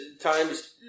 times